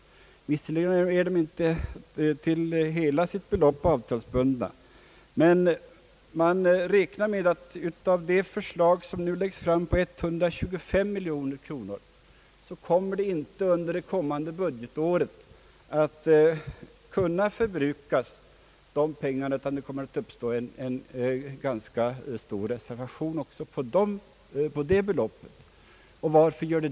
Dessa medel är visserligen inte i sin helhet avtalsbundna, men man räknar med att de i det nu framlagda förslaget äskade 125 miljoner kronorna för nästa budgetår inte helt kommer att kunna förbrukas under det kommande budgetåret utan att det kommer att uppstå en ganska stor reservation också på det beloppet.